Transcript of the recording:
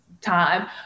time